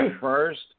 first